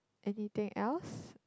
anything else